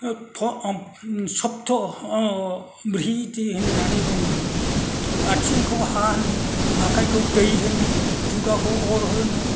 सत्त' ब्रिहिधि होननानै बुंदों आथिंखौ हा होनो आखायखौ दै होनो खुगाखौ अर होनो